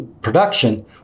production